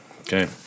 okay